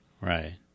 Right